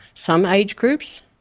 some age groups,